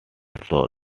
soul